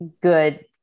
good